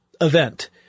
event